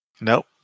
Nope